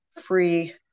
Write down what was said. free